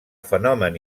fenomen